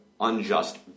unjust